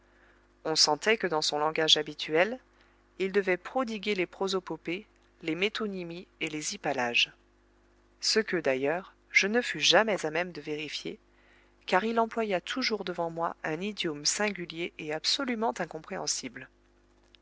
on sentait que dans son langage habituel il devait prodiguer les prosopopées les métonymies et les hypallages ce que d'ailleurs je ne fus jamais à même de vérifier car il employa toujours devant moi un idiome singulier et absolument incompréhensible